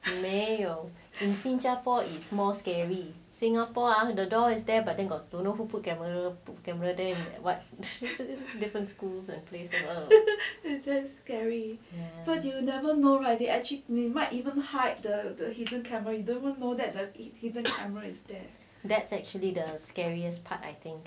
没有 in 新加坡 is more scary singapore ah the door is there but then got to know who put camera camera there what different schools and places that's actually the scariest part I think